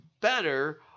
better